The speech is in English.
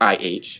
IH